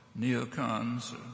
neocons